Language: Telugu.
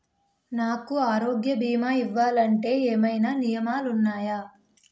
నాకు ఆరోగ్య భీమా ఇవ్వాలంటే ఏమైనా నియమాలు వున్నాయా?